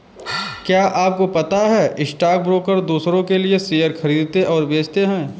क्या आपको पता है स्टॉक ब्रोकर दुसरो के लिए शेयर खरीदते और बेचते है?